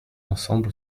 ensemble